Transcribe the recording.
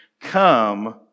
Come